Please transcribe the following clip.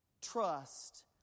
trust